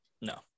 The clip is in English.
No